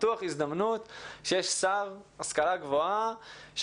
שיש שר להשכלה גבוהה ולחינוך בלתי פורמלי